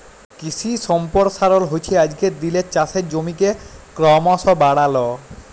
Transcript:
কিশি সম্পরসারল হচ্যে আজকের দিলের চাষের জমিকে করমশ বাড়াল